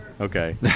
Okay